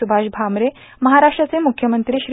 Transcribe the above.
सुभाष भामरे महाराष्ट्राचे मुख्यमंत्री श्री